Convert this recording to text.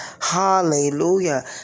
Hallelujah